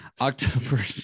October